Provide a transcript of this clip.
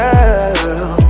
Girl